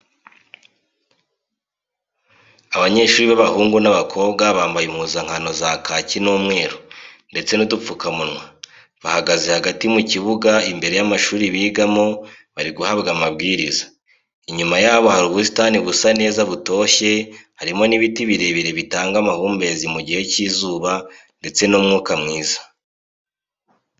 Abanyeshuri b'abahungu n'abakobwa bambaye impuzankano za kaki n'umweru ndetse n'udupfukamunwa, bahagaze hagati mu kibuga imbere y'amashuri bigamo bariguhabwa amabwiriza, inyuma yabo hari ubusitani busa neza butoshye harimo n'ibiti birebire bitanga amahumbezi mu gihe cy'izuba ndetse n'umwuka mwiza.